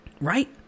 right